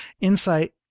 insight